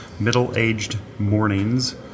middleagedmornings